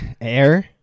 air